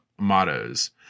mottos